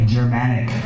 Germanic